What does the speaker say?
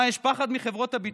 מה, יש פחד מחברות הביטוח?